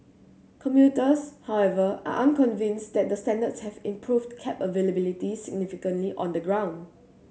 commuters however are unconvinced that the standards have improved cab availability significantly on the ground